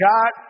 God